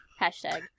hashtag